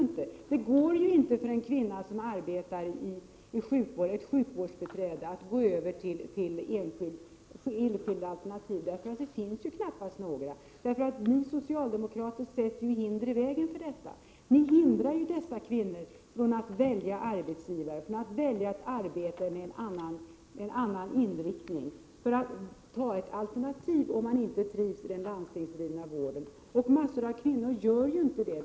Men det går inte för en kvinna som arbetar som sjukvårdsbiträde att gå över till enskilda alternativ, för det finns knappast några. Ni socialdemokrater sätter hinder i vägen för detta. Ni hindrar dessa kvinnor från att välja arbetstider, från att välja ett arbete med en annan inriktning, ett annat alternativ, om de inte trivs i den landstingsdrivna vården. Massor av kvinnor gör inte det.